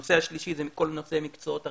הנושא השלישי זה כל נושא מקצועות הרישוי.